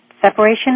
separation